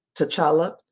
T'Challa